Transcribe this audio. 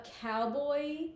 cowboy